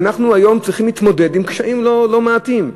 היום אנחנו צריכים להתמודד עם קשיים לא מעטים.